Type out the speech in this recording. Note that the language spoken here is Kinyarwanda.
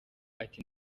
ati